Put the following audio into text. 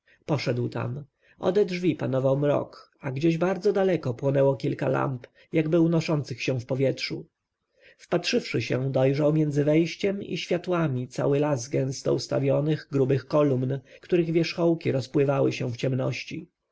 poszedł tam ode drzwi panował mrok a gdzieś bardzo daleko płonęło kilka lamp jakby unoszących się w powietrzu wpatrzywszy się dojrzał między wejściem i światłami cały las gęsto ustawionych grubych kolumn których wierzchołki rozpływały się w ciemności